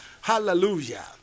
Hallelujah